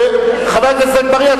חבר הכנסת אגבאריה,